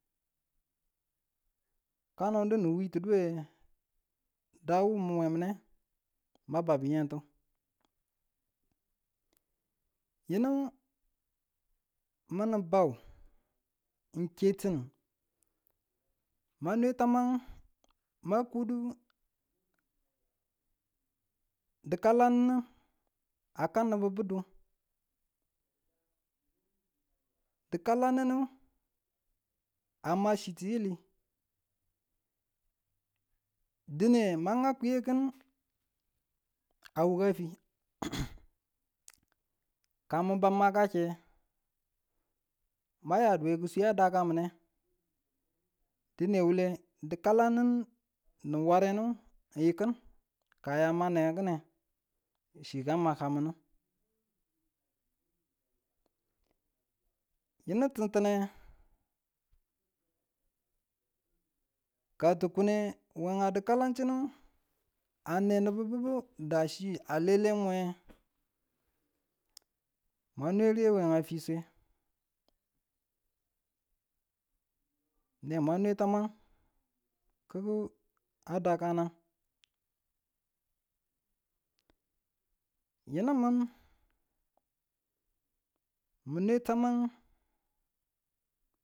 Kanodu ni witiduwe dawu mune muye mababbu, nge tu yinu mun ni bau n ke tin ma we taman ma kudu di kalanunu a kam nibu budum dikalaninu a ma chi tiyili dine ma ngak kuyekim a wuka fi ka mubau makake, mwayadiye ki̱swia dakamune dine wule dikalanunu nu warenu yi kin aya newe kine chi ka makaminu, yinu tintinne ka tu kine wenga di kalanchinu ane nibubu daa chi alelenge mwan nwere we a fiswe, ne mwan tamang na ta dakanai yinu mun mi nwe taman.